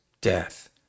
death